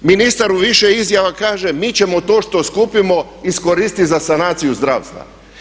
Ministar u više izjava kaže mi ćemo to što skupimo iskoristiti za sanaciju zdravstva.